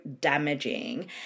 damaging